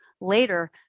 later